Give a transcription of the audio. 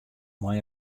mei